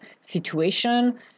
situation